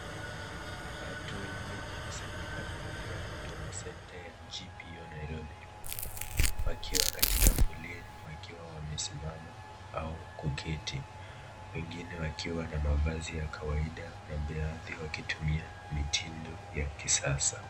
Watu wengi wamekusanyika mbele ya Huduma centre ya GPO Nairobi wakiwa katika foleni wakiwa wamesimama au kuketi .Wengine wakiwa na mavazi ya kawaida na baadhi wakitumia mitindo ya kisasa.